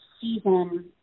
season